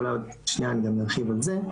אולי עוד שנייה אני גם ארחיב על זה,